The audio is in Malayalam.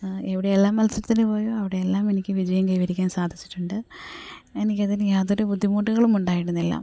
എവിടെയെല്ലാം മത്സരത്തിനു പോയോ അവിടെയെല്ലാം എനിക്ക് വിജയം കൈവരിക്കാൻ സാധിച്ചിട്ടുണ്ട് എനിക്കതിന് യാതൊരു ബുദ്ധിമുട്ടുകളും ഉണ്ടായിരുന്നില്ല